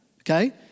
okay